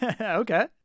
Okay